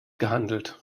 gehandelt